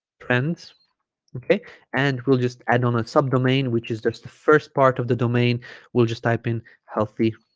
trends okay and we'll just add on a subdomain which is just the first part of the domain we'll just type in healthy